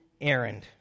errand